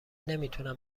نمیتونم